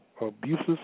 abuses